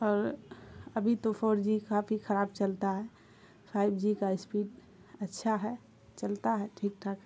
اور ابھی تو فور جی کافی خراب چلتا ہے فائیو جی کا اسپیڈ اچھا ہے چلتا ہے ٹھیک ٹھاک ہے